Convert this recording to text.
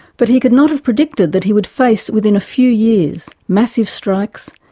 but he could not have predicted that he would face, within a few years, massive strikes,